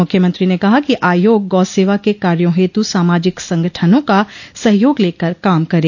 मुख्यमंत्री ने कहा कि आयोग गौ सेवा के कार्यो हेतु सामाजिक संगठनों का सहयोग लेकर काम करे